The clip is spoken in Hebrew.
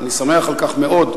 אני שמח על כך מאוד,